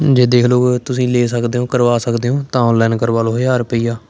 ਜੇ ਦੇਖ ਲਓ ਤੁਸੀਂ ਲੈ ਸਕਦੇ ਹੋ ਕਰਵਾ ਸਕਦੇ ਹੋ ਤਾਂ ਔਨਲਾਈਨ ਕਰਵਾ ਲਓ ਹਜ਼ਾਰ ਰੁਪਈਆ